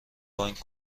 بانک